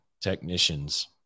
technicians